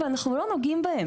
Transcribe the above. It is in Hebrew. ואנחנו לא נוגעים בהם.